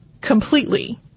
completely